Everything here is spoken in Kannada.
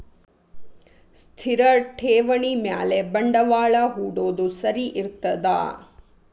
ಸ್ಥಿರ ಠೇವಣಿ ಮ್ಯಾಲೆ ಬಂಡವಾಳಾ ಹೂಡೋದು ಸರಿ ಇರ್ತದಾ?